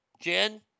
Jen